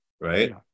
right